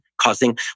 causing